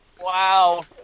wow